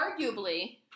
Arguably